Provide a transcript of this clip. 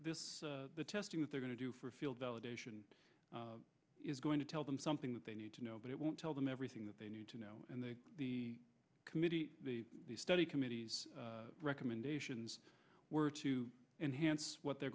paull this testing that they're going to do for field validation is going to tell them something that they need to know but it won't tell them everything that they need to know and they committed the study committee's recommendations were to enhance what they're